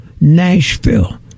Nashville